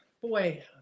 boy